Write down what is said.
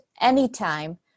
anytime